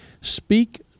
Speak